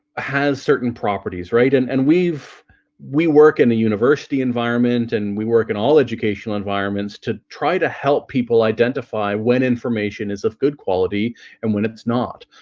has certain properties right and and we've we work in a university environment and we work in all educational environments to try to help people identify when information is of good quality and when it's not,